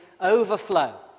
overflow